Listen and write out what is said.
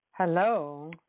Hello